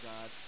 God